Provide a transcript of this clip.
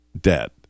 debt